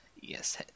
yes